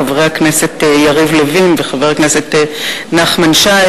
חבר הכנסת יריב לוין וחבר הכנסת נחמן שי.